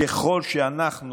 ככל שאנחנו